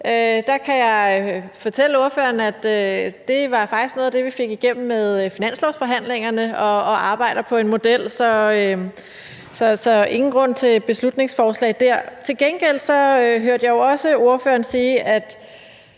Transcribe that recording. Der kan jeg fortælle ordføreren, at det faktisk var noget af det, vi fik igennem med finanslovsforhandlingerne, og at vi arbejder på en model, så der er ingen grund til et beslutningsforslag der. Til gengæld hørte jeg også ordføreren sige,